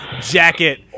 jacket